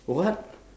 what